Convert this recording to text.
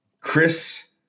Chris